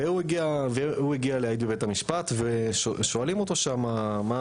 הוא הגיע להעיד בבית המשפט, ושואלים אותו שם, מה